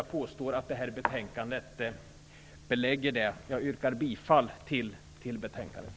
Jag påstår att det här betänkandet belägger det påståendet. Jag yrkar därmed bifall till hemställan i betänkandet.